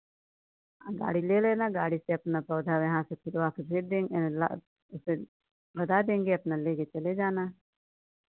हँ गाड़ी ले लेना गाड़ी से अपना पौधा यहाँ से फिर आपको भेज देंगे यहाँ ला बता देंगे अपना ले कर चले जाना